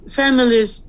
families